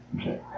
Okay